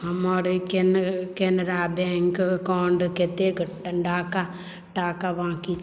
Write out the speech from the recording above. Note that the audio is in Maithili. हमर कैनरा बैंक अकाउंट कतेक टाका बांँकी